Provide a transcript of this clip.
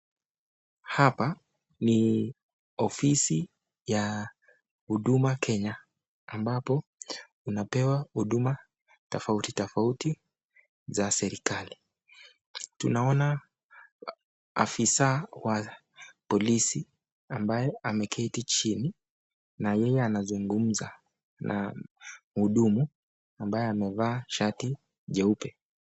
Hapa ni ofisi ya Huduma Kenya, ambapo unapewa huduma tofauti tofauti za serikali. Tunaona afisa wa polisi ambaye ameketi chini na yeye anazungumza na mhudumu ambaye amevaa shati jeupe.